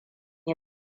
yi